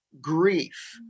grief